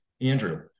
Andrew